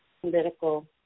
political